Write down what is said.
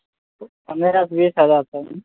पंद्रह हजार बीस हजार तकमे